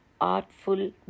artful